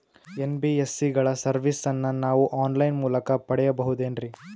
NBSC ಗಳ ಸರ್ವಿಸನ್ನ ನಾವು ಆನ್ ಲೈನ್ ಮೂಲಕ ಪಡೆಯಬಹುದೇನ್ರಿ?